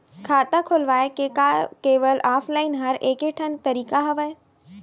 खाता खोलवाय के का केवल ऑफलाइन हर ऐकेठन तरीका हवय?